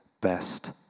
best